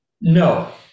No